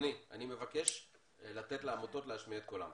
אני מבקש לתת לעמותות להשמיע את קולן.